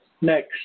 Next